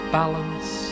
balance